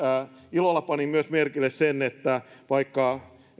ilolla panin merkille myös sen että vaikka